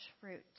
fruit